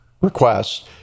requests